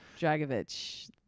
dragovich